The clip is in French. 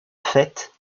fête